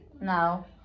now